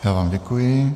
Já vám děkuji.